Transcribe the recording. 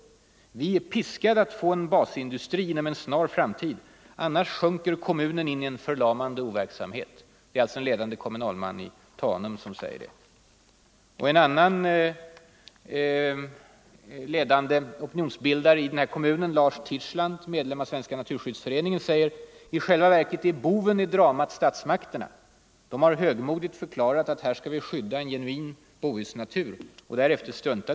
Vi är piskade att få en basindustri inom en snar framtid, annars sjunker kommunen in i en förlamande overksamhet.” En annan ledande opinionsbildare i denna kommun, Lars Thirsland, medlem av Svenska naturskyddsföreningen säger: ”I själva verket är Nr 131 boven i dramat statsmakterna: De har högmodigt förklarat att här ska Fredagen den vi skydda en genuin bohusnatur, och därefter struntat i kommunen.